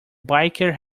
biker